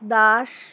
Das